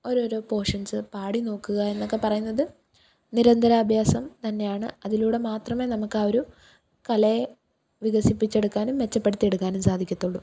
ഓരോരൊ portions പാടി നോക്കുക എന്നൊക്കെ പറയുന്നത് നിരന്തരാഭ്യാസം തന്നെയാണ് അതിലൂടെ മാത്രമെ നമുക്കാ ഒരു കലയെ വികസിപ്പിച്ചെടുക്കാനും മെച്ചപ്പെടുത്തിയെടുക്കാനും സാധിക്കത്തുള്ളു